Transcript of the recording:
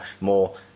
more